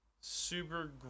Super